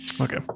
Okay